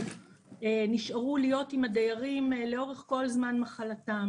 הם נשארו להיות עם הדיירים לאורך כל זמן מחלתם